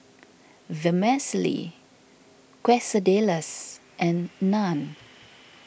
Vermicelli Quesadillas and Naan